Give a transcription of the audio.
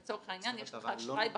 לצורך העניין, יש לך אשראי בחוץ.